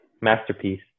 Masterpiece